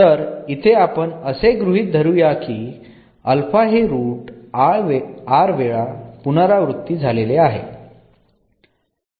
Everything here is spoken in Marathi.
तर इथे आपण असे गृहीत धरूया की हे रूट r वेळा पुनरावृत्ती झालेले आहे